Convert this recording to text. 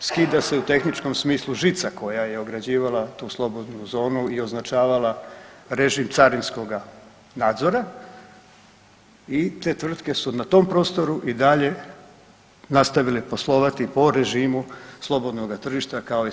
skida se u tehničkom smislu žica koja je ograđivala tu slobodnu zonu i označavala režim carinskoga nadzora i te tvrtke su na tom prostoru i dalje nastavile poslovati po režimu slobodnoga tržišta kao i sve